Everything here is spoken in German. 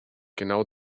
genau